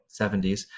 70s